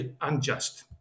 unjust